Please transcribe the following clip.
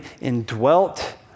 indwelt